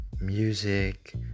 music